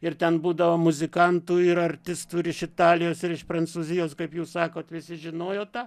ir ten būdavo muzikantų ir artistų ir iš italijos ir iš prancūzijos kaip jūs sakot visi žinojo tą